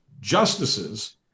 justices